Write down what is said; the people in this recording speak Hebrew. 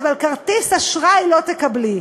אבל כרטיס אשראי לא תקבלי.